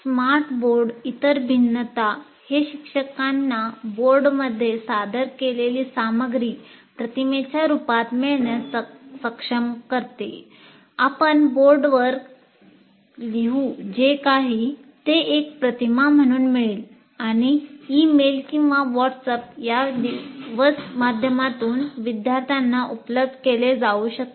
smart board किंवा WhatsApp या माध्यमातून विद्यार्थ्यांना उपलब्ध केले जाऊ शकते